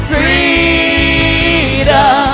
Freedom